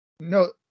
No